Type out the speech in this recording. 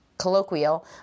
colloquial